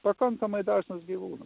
pakankamai dažnas gyvūnas